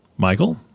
Michael